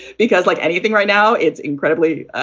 because like anything right now, it's incredibly.